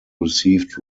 received